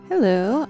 Hello